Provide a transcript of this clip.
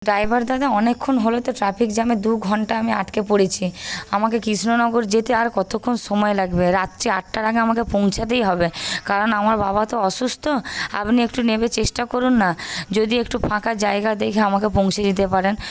driver দাদা অনেকক্ষণ হল তো ট্রাফিক জ্যামে দু ঘন্টা আমি আটকে পড়েছি আমাকে কৃষ্ণনগর যেতে আর কতক্ষণ সময় লাগবে রাত্রি আটটার আগে আমাকে পৌঁছাতেই হবে কারণ আমার বাবা তো অসুস্থ আপনি একটু নেমে চেষ্টা করুন না যদি একটু ফাঁকা জায়গা দেখে আমাকে পৌঁছে দিতে পারেন